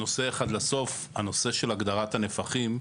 נושא לסוף הגדרת הנפחים,